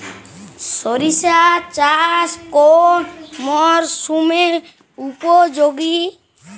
সরিষা চাষ কোন মরশুমে উপযোগী?